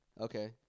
Okay